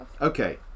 Okay